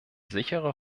sichere